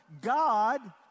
God